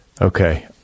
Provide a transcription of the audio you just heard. Okay